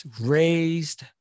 raised